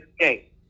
escape